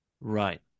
Right